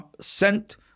sent